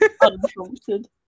Unprompted